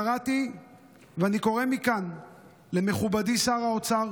קראתי ואני קורא מכאן למכובדי שר האוצר